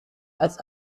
als